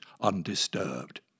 undisturbed